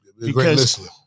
because-